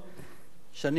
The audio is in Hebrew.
שאני מוקירו,